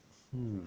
mm